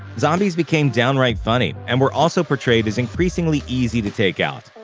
zombies became downright funny, and were also portrayed as increasingly easy to take out.